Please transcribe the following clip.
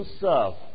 serve